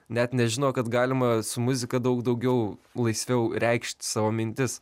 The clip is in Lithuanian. net nežino kad galima su muzika daug daugiau laisviau reikšti savo mintis